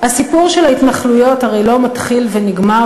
הסיפור של ההתנחלויות הרי לא מתחיל ונגמר